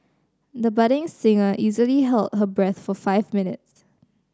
the budding singer easily held her breath for five minutes